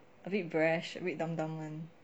a bit brash a bit dumb dumb [one]